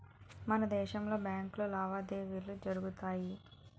అన్ని దేశాలలో బ్యాంకు లావాదేవీలు జరుగుతాయి